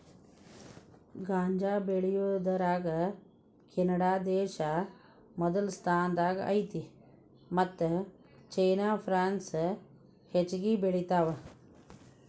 ಗಾಂಜಾ ಬೆಳಿಯುದರಾಗ ಕೆನಡಾದೇಶಾ ಮೊದಲ ಸ್ಥಾನದಾಗ ಐತಿ ಮತ್ತ ಚೇನಾ ಪ್ರಾನ್ಸ್ ಹೆಚಗಿ ಬೆಳಿತಾವ